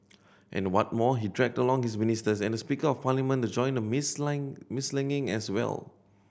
and what more he dragged along his ministers and Speaker of Parliament to join the mudsling mudslinging as well